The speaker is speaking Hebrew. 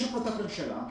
יש החלטת ממשלה,